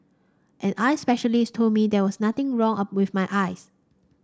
an eye specialist told me there was nothing wrong of with my eyes